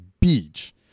Beach